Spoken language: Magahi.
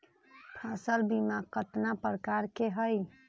फसल बीमा कतना प्रकार के हई?